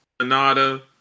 Anada